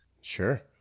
Sure